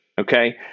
okay